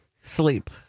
Sleep